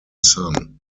son